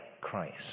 Christ